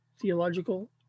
theological